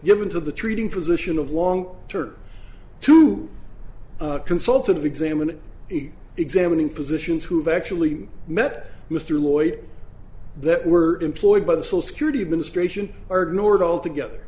given to the treating physician of long term to a consultant examining examining physicians who have actually met mr lloyd that were employed by the social security administration or ignored altogether